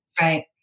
Right